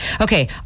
Okay